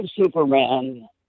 Superman